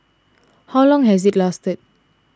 how long has it lasted